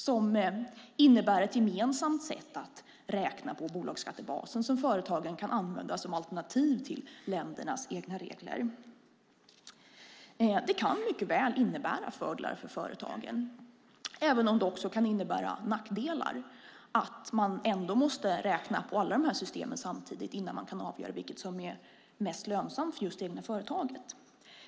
Den innebär ett gemensamt sätt att räkna på bolagsskattebasen som företagen kan använda som alternativ till ländernas egna regler. Det kan mycket väl innebära fördelar för företagen även om det också kan innebära nackdelar att man måste räkna på alla de här systemen samtidigt innan man kan avgöra vilket som är mest lönsamt för just det egna företaget.